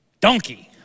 donkey